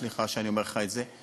סליחה שאני אומר לך את זה.